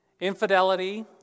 Infidelity